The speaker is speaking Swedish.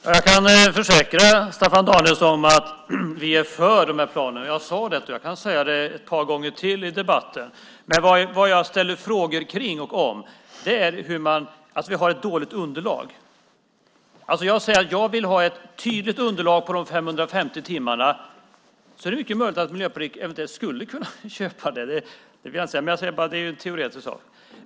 Fru talman! Jag kan försäkra Staffan Danielsson att vi är för de här planen. Jag sade det, och jag kan säga det ett par gånger till i debatten. Men vad jag ställde frågor om är detta att vi har ett dåligt underlag. Jag säger att jag vill ha ett tydligt underlag på de 550 timmarna. Om vi hade det är det mycket möjligt att Miljöpartiet eventuellt skulle kunna köpa det. Jag vill inte säga att det är så, men teoretiskt är det så.